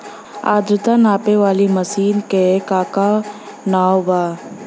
आद्रता नापे वाली मशीन क का नाव बा?